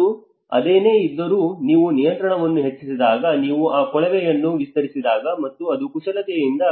ಮತ್ತು ಅದೇನೇ ಇದ್ದರೂ ನೀವು ನಿಯಂತ್ರಣವನ್ನು ಹೆಚ್ಚಿಸಿದಾಗ ನೀವು ಆ ಕೊಳವೆಯನ್ನು ವಿಸ್ತರಿಸಿದಾಗ ಮತ್ತು ಅದು ಕುಶಲತೆಯಿಂದ